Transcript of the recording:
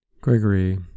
Gregory